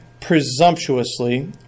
presumptuously